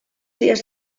dies